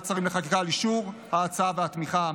שרים לחקיקה על אישור ההצעה והתמיכה.